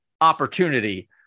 opportunity